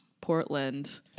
Portland